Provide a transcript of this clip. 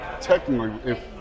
technically—if